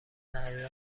دریا